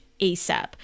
ASAP